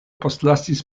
postlasis